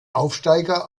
aufsteiger